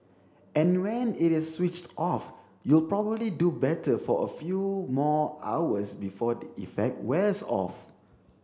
and when it is switched off you'll probably do better for a few more hours before the effect wears off